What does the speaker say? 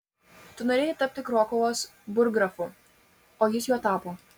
tu norėjai tapti krokuvos burggrafu o jis juo tapo